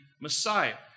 Messiah